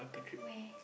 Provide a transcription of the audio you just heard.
where